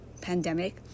pandemic